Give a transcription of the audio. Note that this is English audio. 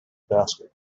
basket